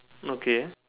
okay